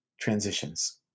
transitions